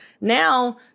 now